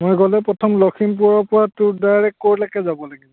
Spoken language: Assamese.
মই গ'লে প্ৰথম লখিমপুৰৰপৰা তোৰ ডাইৰেক্ট ক'লৈকে যাব লাগিব